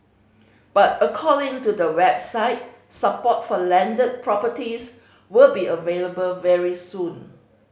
but according to the website support for landed properties will be available very soon